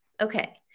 Okay